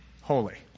holy